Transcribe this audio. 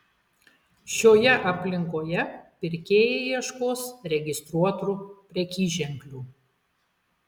šioje aplinkoje pirkėjai ieškos registruotų prekyženklių